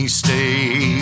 stay